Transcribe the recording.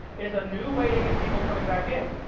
it's a new way to get people coming back in.